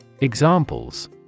Examples